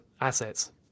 assets